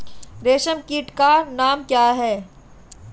रेशम कीट का नाम क्या है?